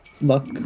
look